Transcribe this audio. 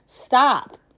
Stop